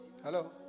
hello